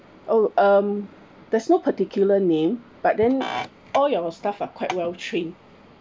oh um there's no particular name but then all your staff are quite well trained